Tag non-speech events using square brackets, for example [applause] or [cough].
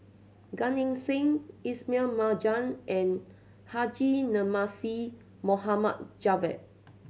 Gan Eng Seng Ismail Marjan and Haji Namazie [unintelligible] Javad